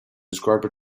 describe